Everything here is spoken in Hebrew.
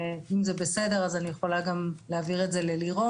אם זה בסדר, אז אני יכולה גם להעביר את זה ללירון.